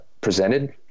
presented